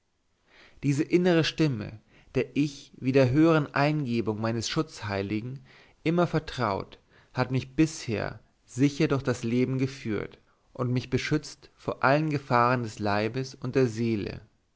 diese innere stimme der ich wie der höhern eingebung meines schutzheiligen immer vertraut hat mich bisher sicher durch das leben geführt und mich beschützt vor allen gefahren des leibes und der seele